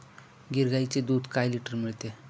गीर गाईचे दूध काय लिटर मिळते?